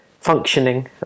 functioning